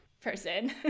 person